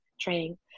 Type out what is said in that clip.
training